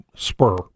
spur